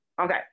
Okay